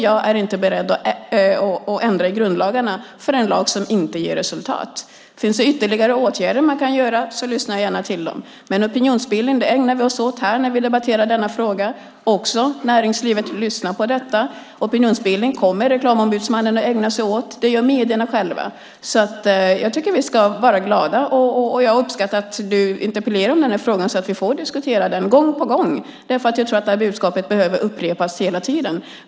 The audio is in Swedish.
Jag är inte beredd att ändra i grundlagen för en lag som inte ger resultat. Finns det ytterligare åtgärder man kan vidta lyssnar jag gärna till förslag. Vi ägnar oss åt opinionsbildning när vi debatterar denna fråga här. Näringslivet lyssnar på detta. Opinionsbildning kommer Reklamombudsmannen att ägna sig åt, och det gör medierna själva. Vi ska vara glada. Jag uppskattar att du interpellerar om denna fråga, så att vi får diskutera den gång på gång. Jag tror att budskapet behöver upprepas hela tiden.